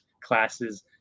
classes